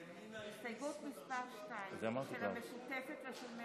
של הרשימה המשותפת וסיעת